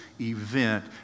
event